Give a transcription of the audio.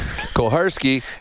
Koharski